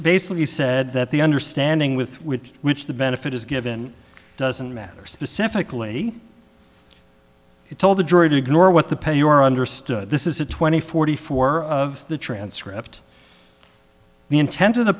basically said that the understanding with which which the benefit is given doesn't matter specifically told the jury to ignore what the pay your understood this is a twenty forty four of the transcript the intent of the